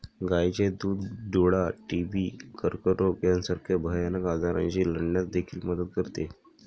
गायीचे दूध डोळा, टीबी, कर्करोग यासारख्या भयानक आजारांशी लढण्यास देखील मदत करते